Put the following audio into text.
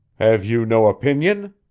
have you no opinion?